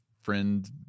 friend